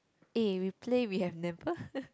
eh we play we have never